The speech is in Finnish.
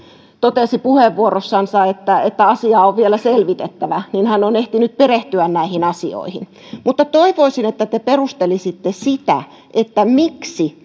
totesi puheenvuorossaan että että asiaa on vielä selvitettävä niin hän on ehtinyt perehtyä näihin asioihin mutta toivoisin että te perustelisitte sitä miksi